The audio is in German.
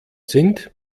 sind